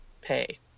pay